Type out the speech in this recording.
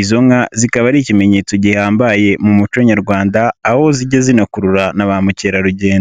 izo nka zikaba ari ikimenyetso gihambaye mu muco nyarwanda, aho zijya zikurura na ba mukerarugendo.